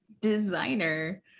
designer